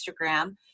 Instagram